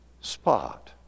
spot